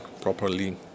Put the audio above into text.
properly